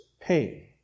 pain